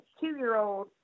two-year-old